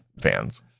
fans